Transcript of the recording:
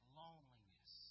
loneliness